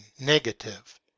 negative